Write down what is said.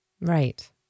Right